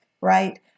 right